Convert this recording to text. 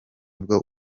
bwo